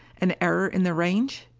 an error in the range?